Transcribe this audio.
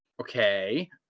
Okay